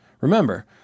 Remember